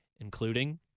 including